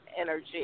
energy